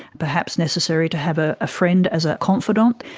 perhaps necessary to have ah a friend as a confidant.